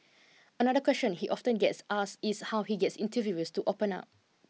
another question he often gets asked is how he gets interviewees to open up